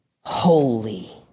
holy